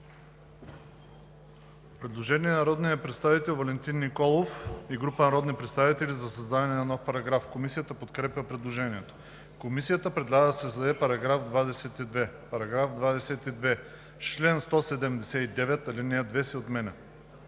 Предложение на народния представител Валентин Николов и група народни представители за създаване на нов параграф. Комисията подкрепя предложението. Комисията предлага да се създаде § 22: „§ 22. В чл. 179 ал. 2 се отменя.“